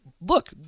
look